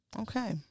Okay